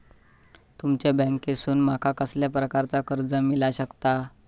तुमच्या बँकेसून माका कसल्या प्रकारचा कर्ज मिला शकता?